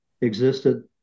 existed